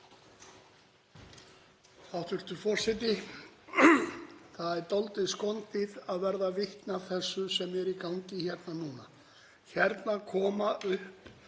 Hæstv. forseti. Það er dálítið skondið að verða vitni að þessu sem er í gangi hérna núna. Hérna koma upp